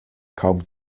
kaum